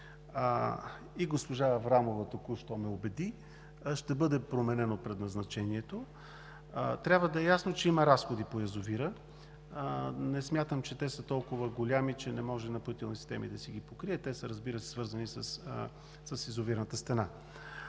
и госпожа Аврамова току-що ме убеди – ще бъде променено предназначението. Трябва да е ясно, че има разходи по язовира. Не смятам, че те са толкова големи, че „Напоителни системи“ не може да си ги покрие – те, разбира се, са свързани с язовирната стена.